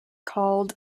called